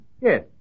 Yes